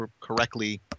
correctly